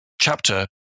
chapter